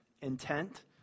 intent